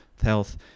Health